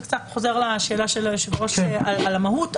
זה קצת חוזר לשאלה של היושב-ראש על המהות,